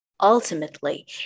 Ultimately